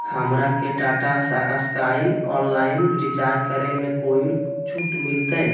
हमरा के Tata Sky online recharge करे में कोई छूट मिलतई